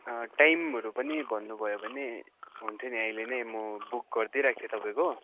टाइमहरू पनि भन्नु भयो भने हुन्थ्यो नि अहिले नै म बुक गरिदिराख्थे तपाईँको